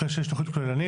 אחרי שיש תכנית כוללנית,